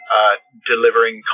Delivering